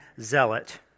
zealot